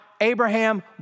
Abraham